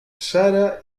sara